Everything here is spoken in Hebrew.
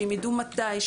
שהם יידעו מתי,